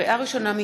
לקריאה ראשונה,